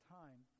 time